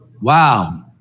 Wow